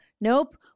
nope